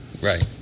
right